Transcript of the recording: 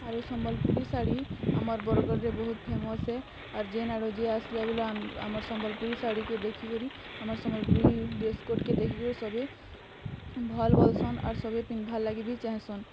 ଆରୁ ସମ୍ବଲପୁରୀ ଶାଢ଼ୀ ଆମର୍ ବରଗଡ଼ରେ ବହୁତ୍ ଫେମସ୍ ହେ ଆର୍ ଯେନ୍ ଆଡ଼ୁ ଯିଏ ଆସିଲେ ବୋଲେ ଆମର୍ ସମ୍ବଲପୁରୀ ଶାଢ଼ୀକେ ଦେଖିକରୀ ଆମର୍ ସମ୍ବଲପୁରୀ ଡ୍ରେସ୍ କୋଡ଼୍ କେ ଦେଖିକରୀ ସଭି ଭଲ୍ ବୋଲ୍ସନ୍ ଆର୍ ସଭି ପିନ୍ଧବାର୍ ଲାଗିବି ଚାହିଁସନ୍